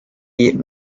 eat